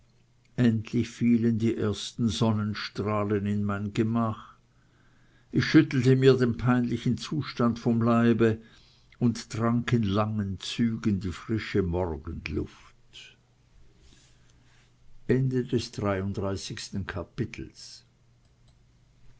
endlich fielen die ersten sonnenstrahlen in mein gemach ich schüttelte mir den peinlichen zustand vom leibe und trank in langen zügen die frische morgenluft